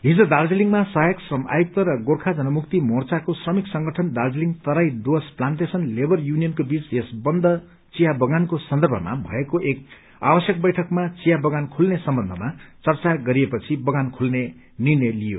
हिज दार्जीलिङमा सहायक श्रमि आयुक्त गोर्खा जनमुक्ति मोर्चाको श्रमिक संगइन दार्जीलिङ तराई डुव्रस प्लान्टेशन लेवर युनियनको बीच यस बन्द चिया बगानको सन्दर्भमा भएको एक आवश्यक बैइकमा चिया बगान ोल्ने सम्बन्धमा चर्चा गरिएपछि बगान खेल्ने निष्ट्रय लिइयो